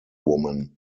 woman